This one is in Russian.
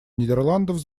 нидерландов